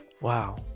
Wow